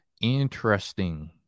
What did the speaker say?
Interesting